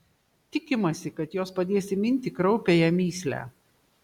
tikimasi kad jos padės įminti kraupiąją mįslę